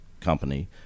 company